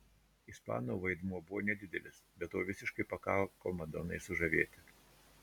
ispano vaidmuo buvo nedidelis bet to visiškai pakako madonai sužavėti